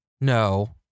no